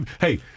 Hey